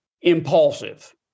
impulsive